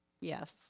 yes